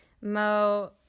Mo